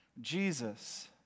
Jesus